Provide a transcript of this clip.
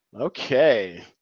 Okay